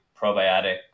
probiotic